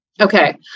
Okay